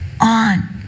on